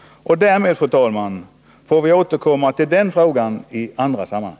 Därmed, fru talman, får vi återkomma till den frågan i andra sammanhang.